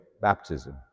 baptism